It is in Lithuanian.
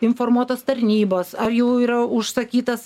informuotos tarnybos ar jau yra užsakytas